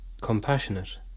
compassionate